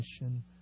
mission